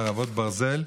חרבות ברזל)